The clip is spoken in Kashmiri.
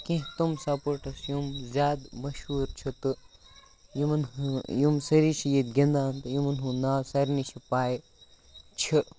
کینٛہہ تِم سَپوٹٕس یِم زیادٕ مشہوٗر چھِ تہٕ یِمَن ہہٕ یِم سٲری چھِ ییٚتہِ گِنٛدان تہٕ یِمَن ہُنٛد ناو سارنٕے چھِ پَے چھِ